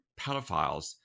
pedophiles